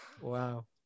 wow